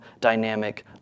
dynamic